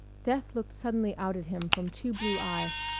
death looked suddenly out at him from two blue eyes.